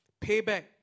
Payback